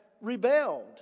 rebelled